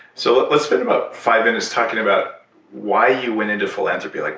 so let's spend about five minutes talking about why you went into philanthropy. like